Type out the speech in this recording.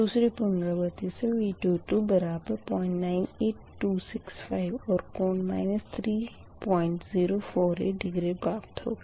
दूसरी पुनरावर्ती से V22 बराबर 098265 और कोण 3048 डिग्री प्राप्त होगा